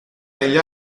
negli